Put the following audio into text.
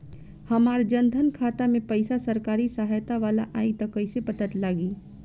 हमार जन धन खाता मे पईसा सरकारी सहायता वाला आई त कइसे पता लागी?